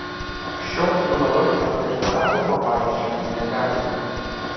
šio chronologinio prieštaravimo paaiškinti negalime